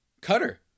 Cutter